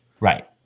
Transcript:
Right